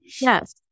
Yes